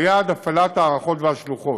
ליד הפעלת ההארכות והשלוחות.